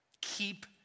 Keep